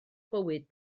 bywyd